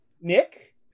Nick